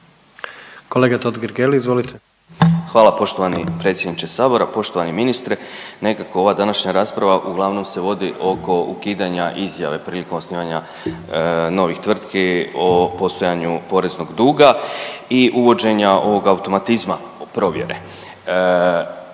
**Totgergeli, Miro (HDZ)** Hvala poštovani predsjedniče sabora. Poštovani ministre nekako ova današnja rasprava uglavnom se vodi oko ukidanja izjave prilikom osnivanja novih tvrtki o postojanju poreznog duga i uvođenja ovog automatizma provjere.